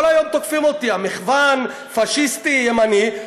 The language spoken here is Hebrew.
כל היום תוקפים אותי: המחוון פאשיסטי ימני,